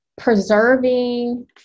preserving